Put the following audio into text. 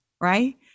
right